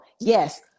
yes